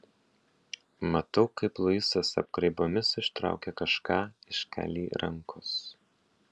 matau kaip luisas apgraibomis ištraukia kažką iš kali rankos